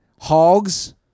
Hogs